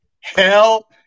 hell